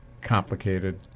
complicated